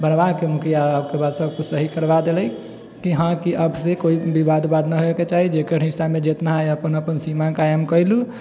बनबाके मुखिया ओयके बाद सब किछु सही करबा देलै की हँ की अब सँ कोइ विवाद उवाद नहि होइके चाही जकर हिस्सामे जितना है अपन अपन सीमा कायम कयलहुँ